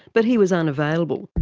but he was unavailable.